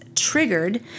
triggered